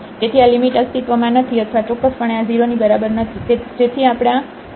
તેથી આ લિમિટ અસ્તિત્વમાં નથી અથવા ચોક્કસપણે આ 0 ની બરાબર નથી જેની આપણે આ લિમિટ શોધી રહ્યા હતા